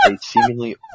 seemingly